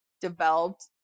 developed